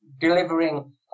delivering